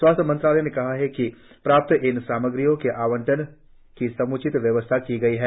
स्वास्थ्य मंत्रालय ने कहा भारत को प्राप्त इन सामग्रियों के आवंटन की सम्चित व्यवस्था की गई है